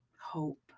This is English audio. hope